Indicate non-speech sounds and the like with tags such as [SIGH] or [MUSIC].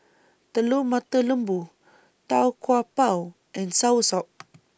Telur Mata Lembu Tau Kwa Pau and Soursop [NOISE]